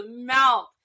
mouth